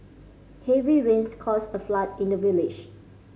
heavy rains caused a flood in the village